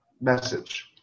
message